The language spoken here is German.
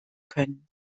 können